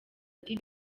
ati